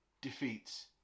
defeats